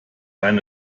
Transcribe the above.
eine